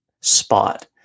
spot